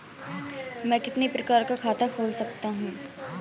मैं कितने प्रकार का खाता खोल सकता हूँ?